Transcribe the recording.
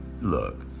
Look